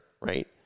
right